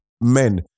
Men